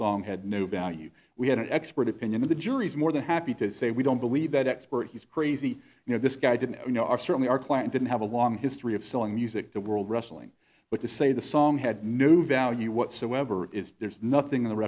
song had no value we had an expert opinion of the juries more than happy to say we don't believe that expert he's crazy you know this guy didn't know our certainly our client didn't have a long history of selling music to world wrestling but to say the song had new value whatsoever there's nothing in the